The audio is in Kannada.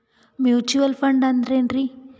ಮ್ಯೂಚುವಲ್ ಫಂಡ ಅಂದ್ರೆನ್ರಿ?